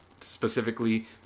specifically